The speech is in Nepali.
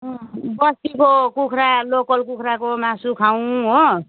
अँ बस्तीको कुखुरा लोकल कुखुराको मासु खाउँ हो